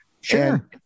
Sure